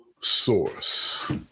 source